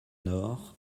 nord